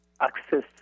access